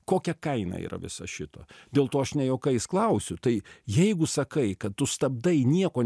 kokia kaina yra viso šito dėl to aš ne juokais klausiu tai jeigu sakai kad tu stabdai nieko